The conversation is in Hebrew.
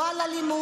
לא על אלימות,